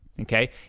Okay